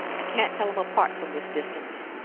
i can't tell em apart from this distance.